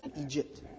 Egypt